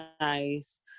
nice